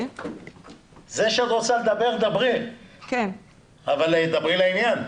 זה שאת רוצה לדבר, דברי, אבל דברי לעניין.